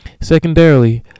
Secondarily